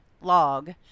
log